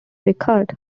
record